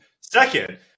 Second